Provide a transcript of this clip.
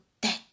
dead